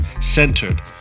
centered